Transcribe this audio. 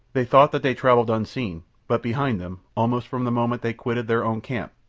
they thought that they travelled unseen but behind them, almost from the moment they quitted their own camp,